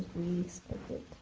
we expected